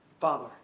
Father